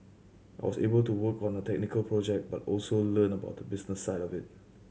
I was able to work on a technical project but also learn about the business side of it